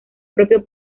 propio